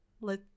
let